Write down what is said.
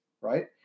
right